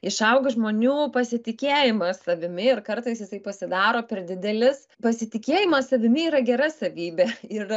išaugo žmonių pasitikėjimas savimi ir kartais jisai pasidaro per didelis pasitikėjimas savimi yra gera savybė ir